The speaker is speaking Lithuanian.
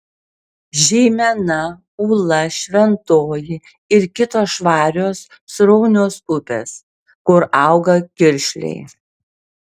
žeimena ūla šventoji ir kitos švarios sraunios upės kur auga kiršliai